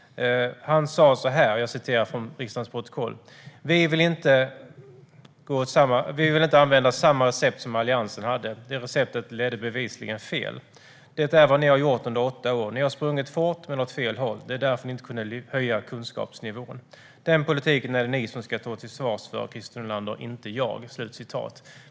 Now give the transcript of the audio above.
Han sa så här - jag citerar från riksdagens protokoll: "Vi vill inte använda samma recept som Alliansen hade. Vi vet att det receptet bevisligen leder fel. - Det är vad ni har gjort under åtta år - ni har sprungit fort, men åt fel håll. Det var därför ni inte kunde höja kunskapsnivån. - Den politiken är det ni som ska stå till svars för, Christer Nylander, inte jag."